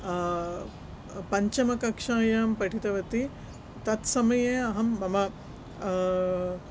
पञ्चमकक्षायां पठितवती तत्समये अहं मम